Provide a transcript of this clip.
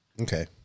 Okay